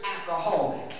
alcoholic